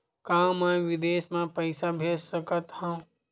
का मैं विदेश म पईसा भेज सकत हव?